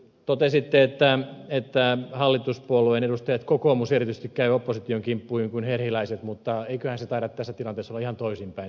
totesitte että hallituspuolueen edustajat kokoomuksen erityisesti käyvät opposition kimppuun kuin herhiläiset mutta eiköhän taida tässä tilanteessa olla ihan toisinpäin se asia